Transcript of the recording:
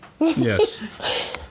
Yes